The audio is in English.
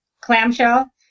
clamshell